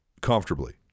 comfortably